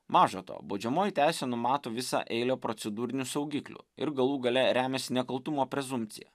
maža to baudžiamoji teisė numato visą eilę procedūrinių saugiklių ir galų gale remiasi nekaltumo prezumpcija